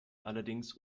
allerdings